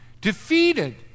defeated